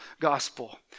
gospel